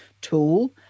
tool